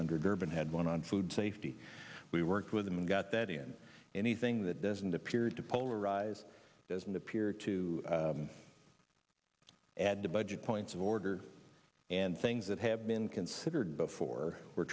senator durbin had one on food safety we worked with them and got that in anything that doesn't appear to polarize doesn't appear to add budget points of order and things that have been considered before we're